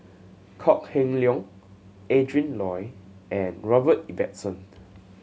Kok Heng Leun Adrin Loi and Robert Ibbetson